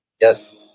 Yes